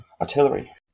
Artillery